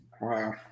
Wow